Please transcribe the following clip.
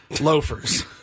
loafers